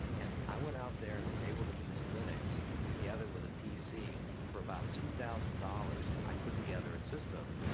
and i went out there i and was able to use linux together with the pc. for about two thousand dollars, i put together a system.